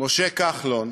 משה כחלון